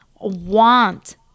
want